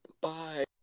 Bye